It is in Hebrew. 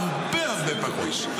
הרבה הרבה פחות.